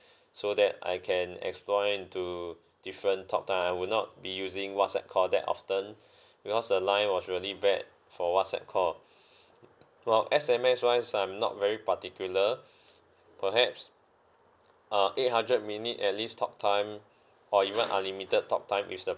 so that I can explore into different talk time I will not be using whatsapp call that often because the line was really bad for whatsapp call well S_M_S wise I'm not very particular perhaps uh eight hundred minute at least talk time or even unlimited talk time is the